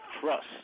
Trust